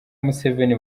museveni